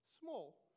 small